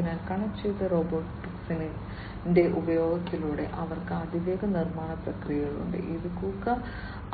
അതിനാൽ കണക്റ്റുചെയ്ത റോബോട്ടിക്സിന്റെ ഉപയോഗത്തിലൂടെ അവർക്ക് അതിവേഗ നിർമ്മാണ പ്രക്രിയകളുണ്ട് ഇതാണ് കുക്ക